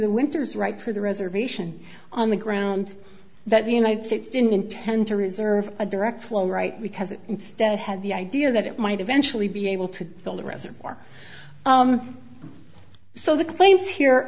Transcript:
the winters right for the reservation on the ground that the united states didn't intend to reserve a direct flow right because it instead had the idea that it might eventually be able to build a reservoir so the claims here